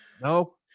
No